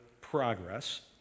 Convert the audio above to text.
progress